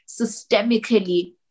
systemically